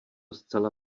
zcela